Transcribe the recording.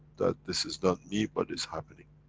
that this is not me but is happening.